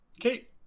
Okay